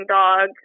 dog